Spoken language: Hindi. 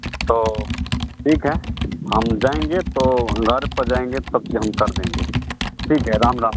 तो ठीक है हम जाएँगे तो घर पे जाएँगे सब चीज़ हम कर देंगे ठीक है राम राम